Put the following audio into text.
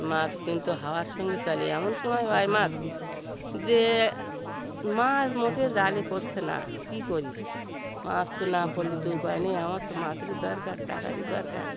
মাছ কিন্তু হাওয়ার সঙ্গে চলে এমন সময় হয় মাছ যে মাছ মোটে জালে পড়ছে না কী করি মাছ তো না পড়লে তো উপায় নেই আমার তো মাছেরই দরকার টাকারই দরকার